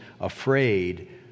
afraid